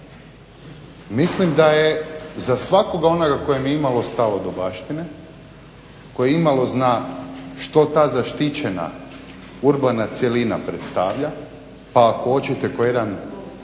Mislim da je za svakoga onoga kojem je i malo stalo do baštine, koje i malo zna što ta zaštićena urbana cjelina predstavlja pa ako hoćete kao jedan